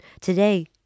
today